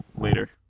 Later